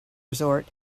resort